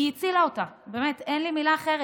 היא הצילה אותה, באמת, אין לי מילה אחרת.